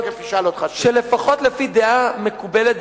שלפחות לפי דעה מקובלת,